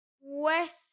West